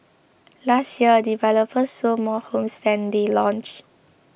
last year developers sold more homes than they launched